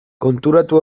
konturatu